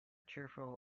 cheerful